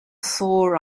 sore